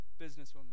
businesswoman